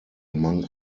among